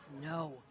No